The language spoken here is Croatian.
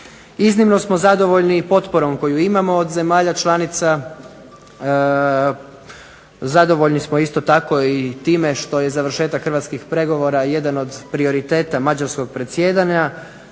Iznimno smo zadovoljni i potporom koju imamo od zemalja članica, zadovoljni smo isto tako i time što je završetak hrvatskih pregovora jedan od prioriteta mađarskog predsjedanja.